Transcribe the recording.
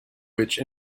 which